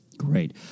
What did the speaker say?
Great